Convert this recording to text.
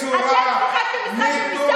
אתם שיחקתם משחק דמוקרטי?